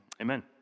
amen